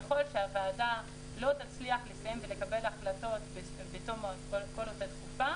ככל שהוועדה לא תצליח לסיים ולקבל החלטות בתום אותה תקופה